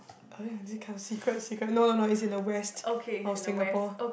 uh yeah they say can't secret secret no no no it's in the west of Singapore